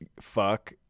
fuck